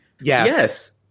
Yes